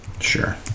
Sure